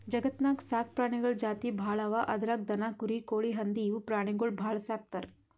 ಜಗತ್ತ್ನಾಗ್ ಸಾಕ್ ಪ್ರಾಣಿಗಳ್ ಜಾತಿ ಭಾಳ್ ಅವಾ ಅದ್ರಾಗ್ ದನ, ಕುರಿ, ಕೋಳಿ, ಹಂದಿ ಇವ್ ಪ್ರಾಣಿಗೊಳ್ ಭಾಳ್ ಸಾಕ್ತರ್